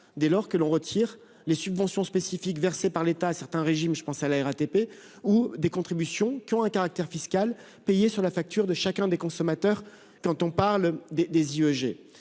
dès lors que l'on retire les subventions spécifiques versées par l'État à certains régimes- par exemple, la RATP -ou des contributions ayant un caractère fiscal payées sur la facture de chacun des consommateurs- je pense aux IEG.